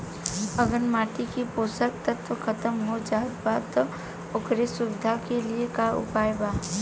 अगर माटी के पोषक तत्व खत्म हो जात बा त ओकरे सुधार के लिए का उपाय बा?